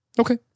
Okay